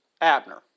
Abner